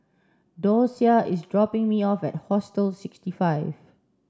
Dosia is dropping me off at Hostel sixty five